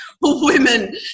women